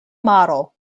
maro